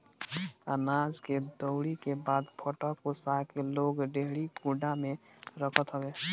अनाज के दवरी के बाद फटक ओसा के लोग डेहरी कुंडा में रखत हवे